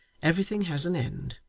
everything has an end.